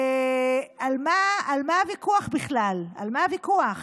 על מה הוויכוח בכלל, על מה הוויכוח.